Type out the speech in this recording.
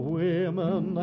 women